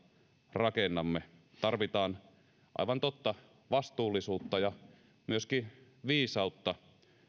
rakennamme tarvitaan aivan totta vastuullisuutta ja myöskin viisautta